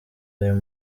ayo